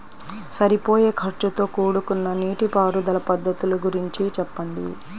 సరిపోయే ఖర్చుతో కూడుకున్న నీటిపారుదల పద్ధతుల గురించి చెప్పండి?